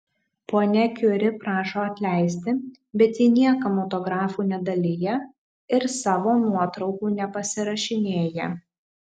ponia kiuri prašo atleisti bet ji niekam autografų nedalija ir savo nuotraukų nepasirašinėja